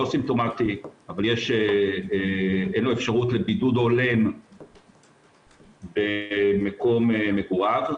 סימפטומטי אבל אין לו אפשרות לבידוד הולם במקום מגוריו,